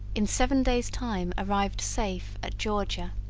in seven day's time arrived safe at georgia.